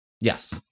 Yes